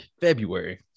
February